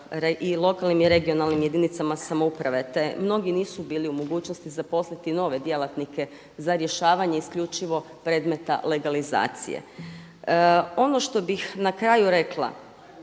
i lokalnim i regionalnim jedinicama samouprave te mnogi nisu bili u mogućnosti zaposliti nove djelatnike za rješavanje isključivo predmeta legalizacije. Ono što bih na kraju rekla,